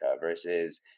versus